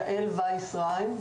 יעל וייס ריינד.